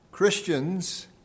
Christians